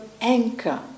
anchor